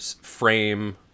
frame